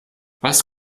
was